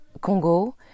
Congo